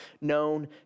known